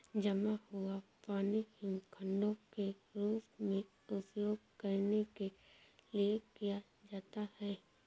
जमा हुआ पानी हिमखंडों के रूप में उपयोग करने के लिए किया जाता है